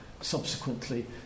subsequently